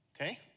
okay